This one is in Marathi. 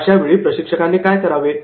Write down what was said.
अशावेळी प्रशिक्षकाने काय करावे